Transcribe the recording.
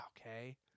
Okay